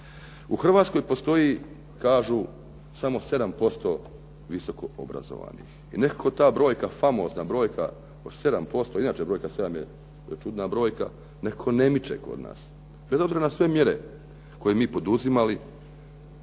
U Hrvatskoj postoji, kažu samo 7% visoko obrazovanih i nekako ta brojka, famozna brojka od 7%, inače brojka 7 je čudna brojka, nekako ne miče kod nas, bez obzira na sve mjere koje mi poduzimali,